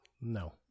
No